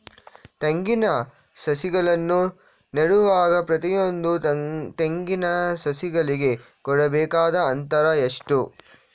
ತೆಂಗಿನ ಸಸಿಗಳನ್ನು ನೆಡುವಾಗ ಪ್ರತಿಯೊಂದು ತೆಂಗಿನ ಸಸಿಗಳಿಗೆ ಕೊಡಬೇಕಾದ ಅಂತರ ಎಷ್ಟು?